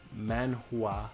Manhua